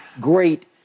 great